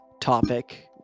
topic